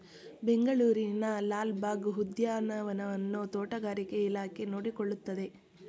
ಬೆಂಗಳೂರಿನ ಲಾಲ್ ಬಾಗ್ ಉದ್ಯಾನವನವನ್ನು ತೋಟಗಾರಿಕೆ ಇಲಾಖೆ ನೋಡಿಕೊಳ್ಳುತ್ತದೆ